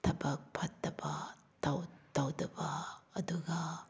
ꯊꯕꯛ ꯐꯠꯇꯕ ꯇꯧꯗꯕ ꯑꯗꯨꯒ